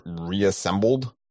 reassembled